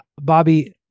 Bobby